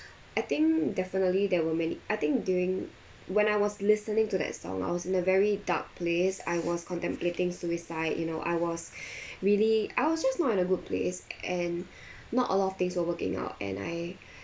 I think definitely there were many I think during when I was listening to that song I was in a very dark place I was contemplating suicide you know I was really I was just not at a good place and not a lot of things were working out and I